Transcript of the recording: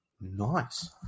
nice